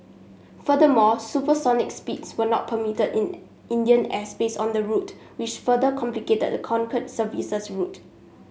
furthermore supersonic speeds were not permitted in Indian airspace on the route which further complicated the Concorde service's route